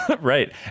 right